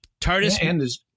tardis